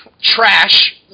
Trash